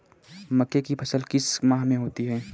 मक्के की फसल किस माह में होती है?